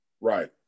Right